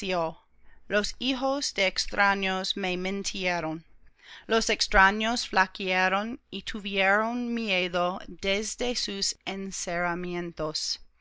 los hijos de extraños me mintieron los extraños flaquearon y tuvieron miedo desde sus encerramientos